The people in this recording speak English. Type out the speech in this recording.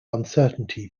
uncertainty